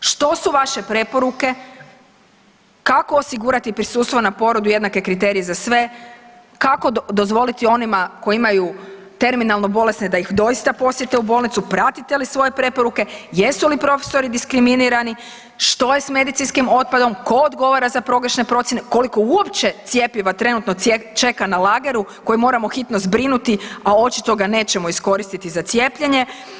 Što su vaše preporuke, kako osigurati prisustvo na porodu jednake kriterije za sve, kako dozvoliti onima koji imaju terminalnu bolesne da ih doista posjete u bolnici, pratite li svoje preporuke, jesu li profesori diskriminirani, što je s medicinskim otpadom, tko odgovara za pogrešne procijene, koliko uopće cjepiva trenutno čeka na lageru koje moramo hitno zbrinuti, a očito ga nećemo iskoristiti za cijepljenje?